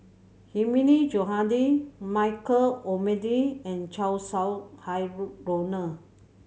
Hilmi Johandi Michael Olcomendy and Chow Sau Hai Roland